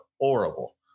horrible